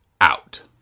out